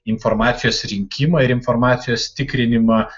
informacijos rinkimą ir informacijos tikrinimą